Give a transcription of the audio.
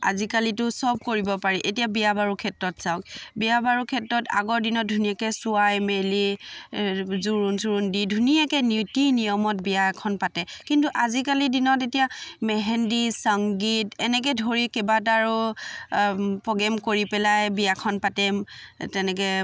আজিকালিতো চব কৰিব পাৰি এতিয়া বিয়া বাৰুৰ ক্ষেত্ৰত চাওক বিয়া বাৰুৰ ক্ষেত্ৰত আগৰ দিনত ধুনীয়াকৈ চোৱাই মেলি জোৰোণ চোৰোণ দি ধুনীয়াকৈ নীতি নিয়মত বিয়া এখন পাতে কিন্তু আজিকালি দিনত এতিয়া মেহেণ্ডী চংগীত এনেকৈ ধৰি কেইবাটাৰো প্ৰ'গ্ৰেম কৰি পেলাই বিয়াখন পাতে তেনেকৈ